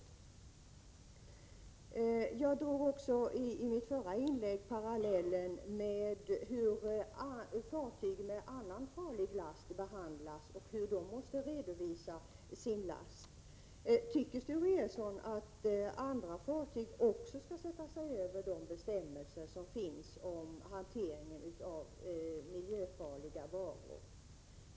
I mitt förra anförande-drog jag också en parallell med hur fartyg med annan farlig last behandlas. De måste redovisa sin last. Tycker Sture Ericson att andra fartyg också skall sätta sig över de bestämmelser som finns om hantering av miljöfarliga varor?